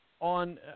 on